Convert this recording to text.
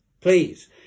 please